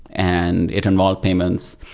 and it involved payments,